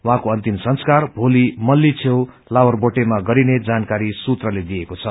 उशँको अन्तिम संस्कार मोली मल्ली छेउ लावर बोटेमा गरिने जानकारी सुत्रले दिएको छ